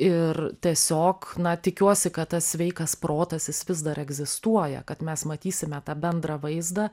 ir tiesiog na tikiuosi kad tas sveikas protas jis vis dar egzistuoja kad mes matysime tą bendrą vaizdą